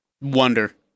wonder